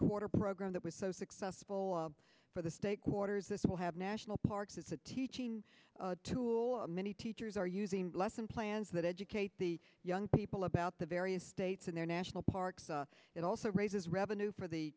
puerto program that was so successful for the state quarters this will have national parks it's a teaching tool many teachers are using lesson plans that educate the young people about the various states and their national parks it also raises revenue for the